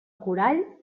corall